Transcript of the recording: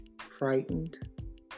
frightened